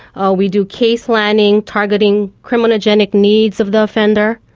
ah we do case planning, targeting criminogenic needs of the offender.